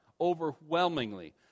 overwhelmingly